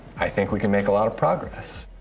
i think we can make a lot of progress.